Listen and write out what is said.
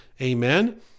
Amen